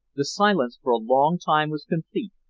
the silence for a long time was complete,